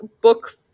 book